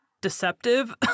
deceptive